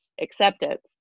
acceptance